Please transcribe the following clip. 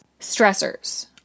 stressors